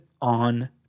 on